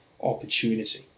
opportunity